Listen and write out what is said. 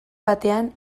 batean